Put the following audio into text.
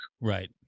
Right